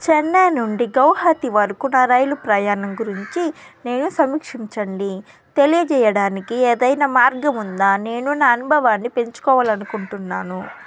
చెన్నై నుండి గౌహతి వరకు నా రైలు ప్రయాణం గురించి నేను సమీక్షించండి తెలియచేయడానికి ఏదైనా మార్గం ఉందా నేను నా అనుభవాన్ని పెంచుకోవాలి అనుకుంటున్నాను